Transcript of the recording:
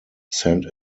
send